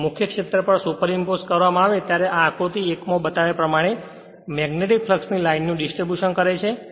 જે મુખ્ય ક્ષેત્ર પર સુપરઇમ્પોસ કરવામાં આવે ત્યારે પર આકૃતિ એકમાં બતાવ્યા પ્રમાણે મેગ્નેટીક ફ્લક્ષ ની લાઇન નું ડિસ્ટ્રીબ્યુશન કરે છે